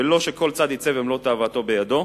ולא שכל צד יצא ומלוא תאוותו בידו.